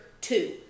two